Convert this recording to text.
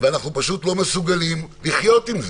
ואנחנו פשוט לא מסוגלים לחיות עם זה.